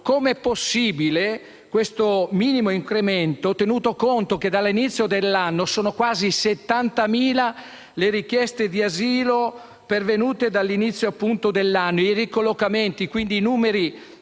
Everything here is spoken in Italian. come sia possibile questo minimo incremento, tenuto conto che dall'inizio dell'anno sono quasi 70.000 le richieste di asilo pervenute e che i ricollocamenti, quindi i numeri